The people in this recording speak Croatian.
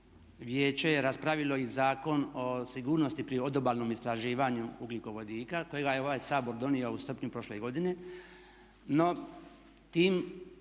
Vijeće je raspravilo i Zakon o sigurnosti pri odobalnom istraživanju ugljikovodika kojega je ovaj Sabor donio u srpnju prošle godine.